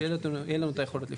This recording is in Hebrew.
כדי שתהיה לנו יכולת לפעול.